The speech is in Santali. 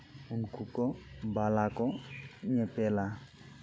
ᱩᱱᱠᱩ ᱠᱚ ᱵᱟᱞᱟ ᱠᱚ ᱧᱮᱯᱮᱞᱟ